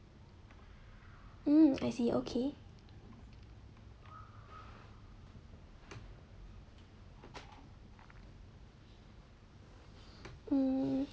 mm I see okay mm